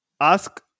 ask